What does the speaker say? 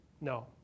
No